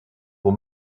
pour